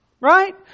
Right